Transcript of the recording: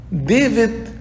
David